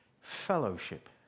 fellowship